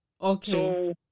Okay